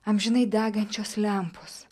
amžinai degančios lempos